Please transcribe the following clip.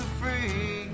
free